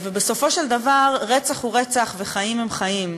בסופו של דבר, רצח הוא רצח וחיים הם חיים,